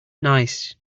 nice